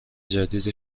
جدید